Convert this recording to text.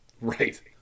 Right